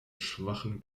schwachen